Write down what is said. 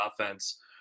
offense